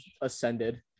ascended